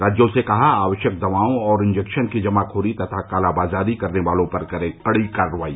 राज्यों से कहा आवश्यक दवाओं और इंजेक्शन की जमाखोरी तथा कालाबाजारी करने वालों पर करें कडी कार्रवाई